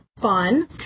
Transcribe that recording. fun